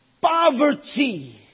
poverty